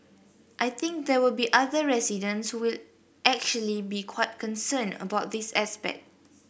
I think there will be other residents who will actually be quite concerned about this aspect